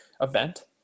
event